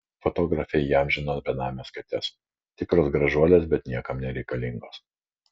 fotografė įamžino benames kates tikros gražuolės bet niekam nereikalingos